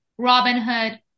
Robinhood